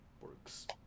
works